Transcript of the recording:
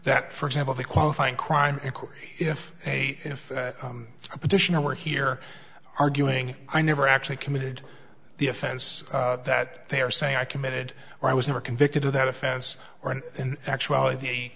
that for example the qualifying crime if a if the petitioner were here arguing i never actually committed the offense that they are saying i committed or i was never convicted of that offense or in actuality